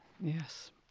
Yes